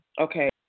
Okay